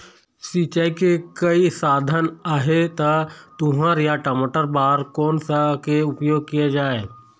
सिचाई के कई साधन आहे ता तुंहर या टमाटर बार कोन सा के उपयोग किए जाए?